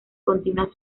continuas